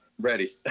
ready